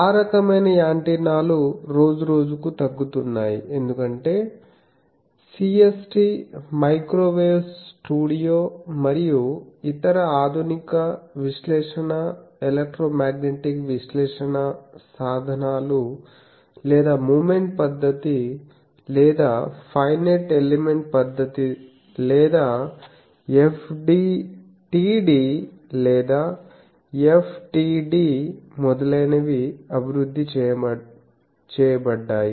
ఆ రకమైన యాంటెన్నాలు రోజు రోజుకు తగ్గుతున్నాయి ఎందుకంటే CST మైక్రోవేవ్ స్టూడియో మరియు ఇతర ఆధునిక విశ్లేషణ ఎలక్ట్రోమాగ్నెటిక్ విశ్లేషణ సాధనాలు లేదా మూమెంట్ పద్ధతి లేదా ఫైనైట్ ఎలిమెంట్ పద్ధతి లేదా FDTD లేదా FTD మొదలైనవి అభివృద్ధి చేయబడ్డాయి